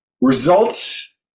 Results